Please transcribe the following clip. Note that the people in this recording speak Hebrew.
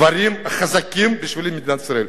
הדברים החזקים שבשבילי מדינת ישראל,